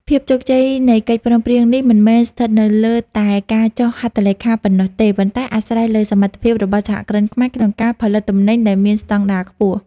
ភាពជោគជ័យនៃកិច្ចព្រមព្រៀងនេះ មិនមែនស្ថិតនៅលើតែការចុះហត្ថលេខាប៉ុណ្ណោះទេ ប៉ុន្តែអាស្រ័យលើសមត្ថភាពរបស់សហគ្រិនខ្មែរក្នុងការផលិតទំនិញដែលមានស្ដង់ដារខ្ពស់។